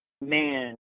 Man